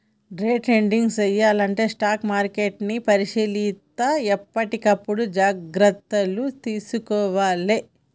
day trading చెయ్యాలంటే stock మార్కెట్ని పరిశీలిత్తా ఎప్పటికప్పుడు జాగర్తలు తీసుకోవాలే